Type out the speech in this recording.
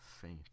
faint